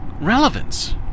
relevance